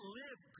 live